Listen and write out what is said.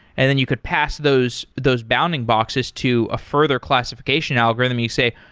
and then you could pass those those bounding boxes to a further classification algorithm you say,